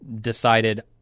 decided